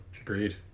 Agreed